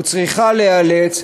או צריכה להיאלץ,